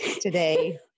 today